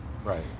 Right